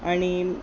आणि